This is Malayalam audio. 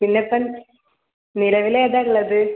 പിന്നെ ഇപ്പം നിലവിൽ ഏതാ ഉള്ളത്